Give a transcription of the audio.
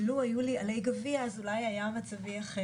לו היו לי עלי גביע אז אולי היה מצבי אחר".